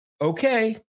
okay